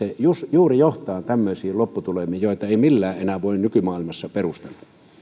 juuri juuri johtaa tämmöisiin lopputulemiin joita ei millään enää voi nykymaailmassa perustella